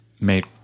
made